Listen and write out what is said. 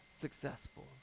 successful